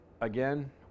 Again